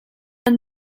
when